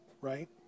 right